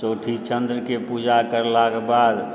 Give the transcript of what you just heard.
चौठी चन्द्रके पूजा करलाके बाद